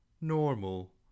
normal